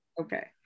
okay